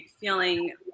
feeling